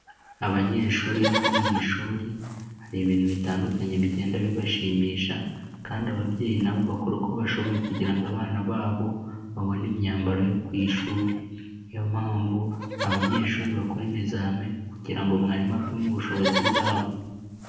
Abanyeshuri iyo bari mu ishuri, hari ibintu bitandukanye bigenda bibashimisha kandi ababyeyi nabo bakora uko bashoboye kugira ngo abana babo babone imyambaro yo ku ishuri, niyo mpamvu abanyeshuri bakora ibizame kugira ngo mwarimu apime ubushobozi bwabo.